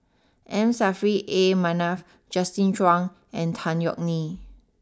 M Saffri A Manaf Justin Zhuang and Tan Yeok Nee